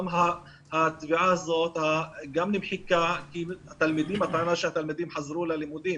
התביעה הזאת גם נמחקה בטענה שהתלמידים חזרו ללימודים.